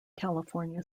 california